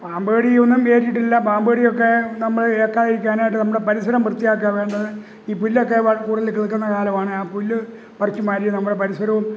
പാമ്പ് കടിയൊന്നും ഏറ്റിട്ടില്ല പാമ്പ് കടിയൊക്കെ നമ്മളെ ഏക്കാതിരിക്കാനായിട്ട് നമ്മുടെ പരിസരം വൃത്തിയാക്കുക അല്ലാണ്ട് ഈ പുല്ലൊക്കെ കൂടുതൽ കിളിർക്കുന്ന കാലമാണ് ആ പുല്ല് പറിച്ചുമാറ്റി നമ്മുടെ പരിസരവും